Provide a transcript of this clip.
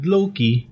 Loki